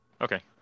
okay